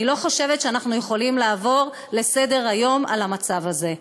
אני לא חושבת שאנחנו יכולים לעבור לסדר-היום במצב הזה.